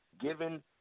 Given